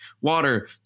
water